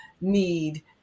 need